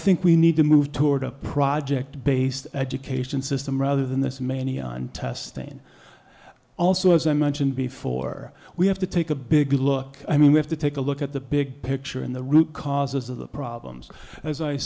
think we need to move toward a project based education system rather than this many on testing also as i mentioned before we have to take a big look i mean we have to take a look at the big picture and the root causes of the problems as i